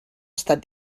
estat